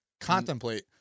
contemplate